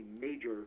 major